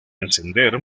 encender